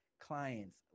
clients